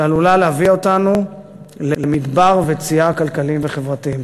שעלולה להביא אותנו למדבר וצייה כלכליים וחברתיים.